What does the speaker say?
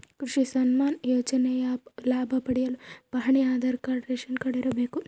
ಕೃಷಿ ಸನ್ಮಾನ್ ಯೋಜನೆಯ ಲಾಭ ಪಡೆಯಲು ಪಹಣಿ ಆಧಾರ್ ಕಾರ್ಡ್ ರೇಷನ್ ಕಾರ್ಡ್ ಇರಬೇಕು